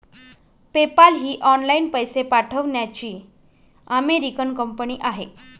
PayPal ही online पैसे पाठवण्याची अमेरिकन कंपनी आहे